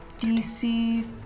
DC